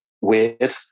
weird